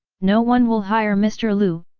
no one will hire mister liu,